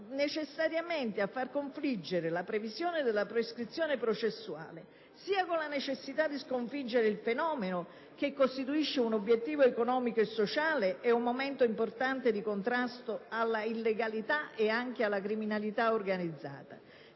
necessariamente a far confliggere la previsione della prescrizione processuale sia con la necessità di sconfiggere il fenomeno che costituisce un obiettivo economico e sociale e un momento importante di contrasto alla illegalità e alla criminalità organizzata,